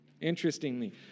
interestingly